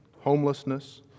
homelessness